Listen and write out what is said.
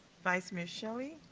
vice mayor shelley.